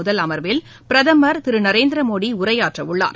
முதல் அமர்வில் பிரதமர் திரு நரேந்திர மோடி உரையாற்றவுள்ளார்